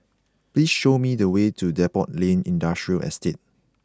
please show me the way to Depot Lane Industrial Estate